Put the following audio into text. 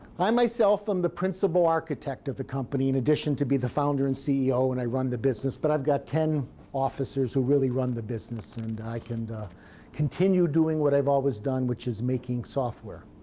i myself am the principal architect of the company, in addition to be the founder and ceo, and i run the business, but i've got ten officers who really run the business. and i can continue doing what i've always done, which is making software.